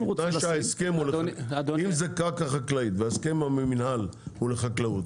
אם זה קרקע חקלאית וההסכם עם המינהל הוא לחקלאות